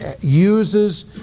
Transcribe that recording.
uses